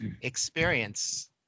experience